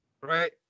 Right